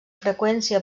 freqüència